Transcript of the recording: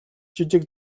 жижиг